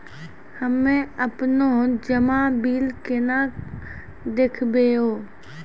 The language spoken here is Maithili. हम्मे आपनौ जमा बिल केना देखबैओ?